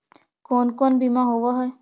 कोन कोन बिमा होवय है?